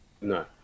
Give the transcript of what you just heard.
no